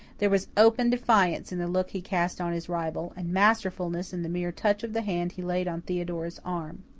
there was open defiance in the look he cast on his rival, and masterfulness in the mere touch of the hand he laid on theodora's arm.